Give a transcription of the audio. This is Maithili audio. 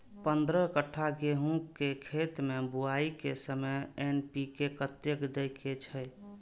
पंद्रह कट्ठा गेहूं के खेत मे बुआई के समय एन.पी.के कतेक दे के छे?